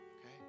okay